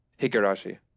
Higurashi